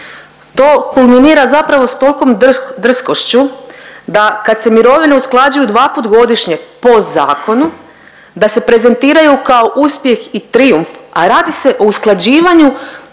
To kulminira zapravo s tolkom drskošću da kad se mirovine usklađuju dva put godišnje po zakonu da se prezentiraju kao uspjeh i trijumf, a radi se o usklađivanju